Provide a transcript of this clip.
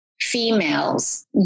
females